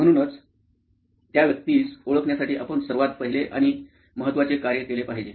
म्हणूनच त्या व्यक्तीस ओळखण्यासाठी आपण सर्वात पहिले आणि महत्त्वाचे कार्य केले पाहिजे